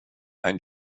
ein